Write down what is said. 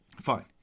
Fine